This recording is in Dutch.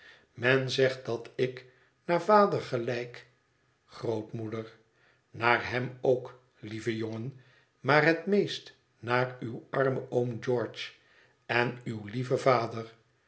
men zegt dat ik naar vader gelijk grootmoeder naar hem ook lieve jongen maar het meest naar uw armen oom george en uw lieve vader